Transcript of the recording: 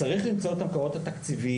צריך למצוא את המקורות התקציביים,